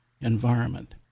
environment